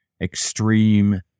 extreme